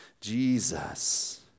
Jesus